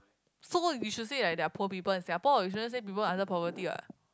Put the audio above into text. so you should say like there are poor people in Singapore you shouldn't say people under poverty what